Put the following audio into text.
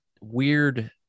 weird